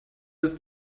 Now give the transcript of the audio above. ist